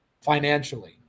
financially